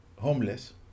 homeless